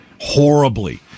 horribly